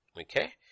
Okay